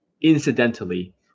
Incidentally